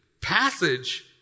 passage